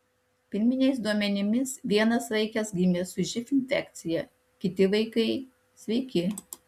pirminiais duomenimis vienas vaikas gimė su živ infekcija kiti vaikai sveiki